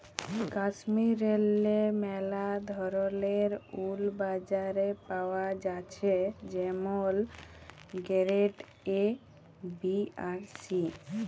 কাশ্মীরেল্লে ম্যালা ধরলের উল বাজারে পাওয়া জ্যাছে যেমল গেরেড এ, বি আর সি